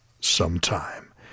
sometime